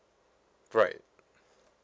right